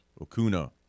Okuna